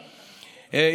בפרישה,